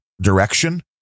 direction